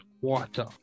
water